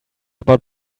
about